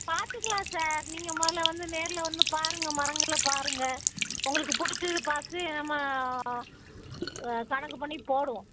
பார்த்துக்கலாம் சார் நீங்கள் முதல்ல வந்து நேரில் வந்து பாருங்க மரங்களை பாருங்க உங்களுக்கு பிடிச்சது பார்த்து நம்ம கணக்கு பண்ணி போடுவோம்